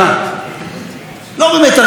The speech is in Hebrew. הרי לא באמת אכפת לכם מערכים,